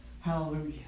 Hallelujah